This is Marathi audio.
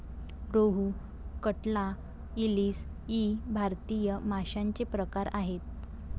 रोहू, कटला, इलीस इ भारतीय माशांचे प्रकार आहेत